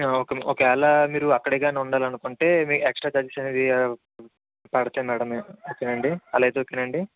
okay okay అలా మీరు అక్కడే గానీ ఉండాలనుకుంటే ఎక్స్ట్రా చార్జెస్ అనేవి వెయ్యాలి పడతాయి ఓకేనా అండి అలా అయితే ఓకేనా అండి